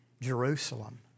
Jerusalem